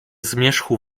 zmierzchu